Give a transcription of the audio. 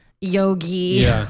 yogi